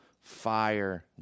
fire